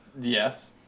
Yes